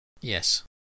Yes